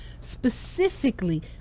specifically